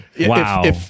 wow